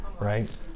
right